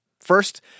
First